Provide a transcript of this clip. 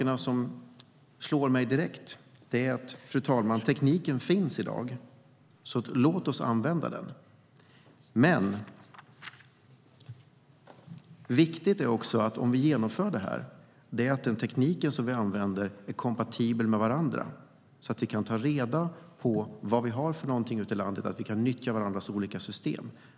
Det som slår mig direkt är att tekniken i dag finns och att vi ska använda den, men om vi genomför det här är det viktigt att tekniken som används är kompatibel på olika håll. Vi ska kunna ta reda på vad vi har ute i landet, så att vi kan nyttja varandras olika system.